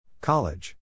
College